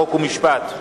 חוק ומשפט.